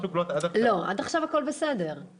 שרון לא הציגה כאן את הנתונים של ההתחסנות,